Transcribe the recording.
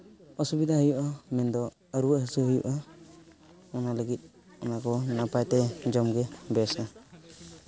ᱚᱥᱩᱵᱤᱫᱟ ᱦᱩᱭᱩᱜᱼᱟ ᱢᱮᱱ ᱫᱚ ᱨᱩᱣᱟᱹ ᱦᱟᱹᱥᱩ ᱦᱩᱭᱩᱜᱼᱟ ᱚᱱᱟ ᱞᱟᱹᱜᱤᱫ ᱚᱱᱟ ᱠᱚ ᱱᱟᱯᱟᱭᱛᱮ ᱡᱚᱢ ᱜᱮ ᱵᱮᱥᱟ